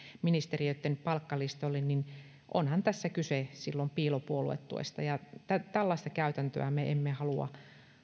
ministeriöitten palkkalistoille niin onhan tässä silloin kyse piilopuoluetuesta ja tällaista käytäntöä me emme halua